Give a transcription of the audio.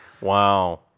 Wow